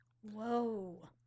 Whoa